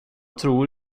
tror